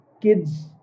kids